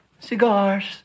Cigars